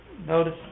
Notice